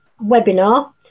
webinar